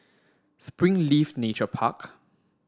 Springleaf Nature Park